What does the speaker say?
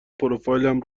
پروفایلم